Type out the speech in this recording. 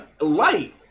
light